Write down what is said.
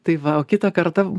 tai va o kitą kartą